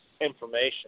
information